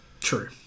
true